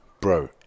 bro